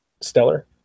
stellar